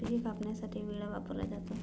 पिके कापण्यासाठी विळा वापरला जातो